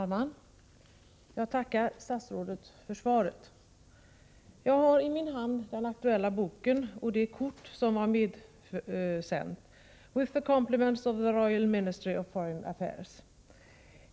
Fru talman! Jag tackar statsrådet för svaret. Jag har i min hand den aktuella boken och det kort som var medsänt med texten ”With the compliments of the Royal Ministry for Foreign Affairs”.